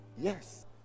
Yes